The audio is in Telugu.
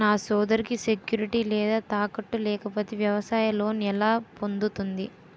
నా సోదరికి సెక్యూరిటీ లేదా తాకట్టు లేకపోతే వ్యవసాయ లోన్ ఎలా పొందుతుంది?